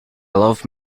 love